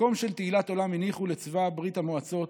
מקום של תהילת עולם הניחו לצבא ברית המועצות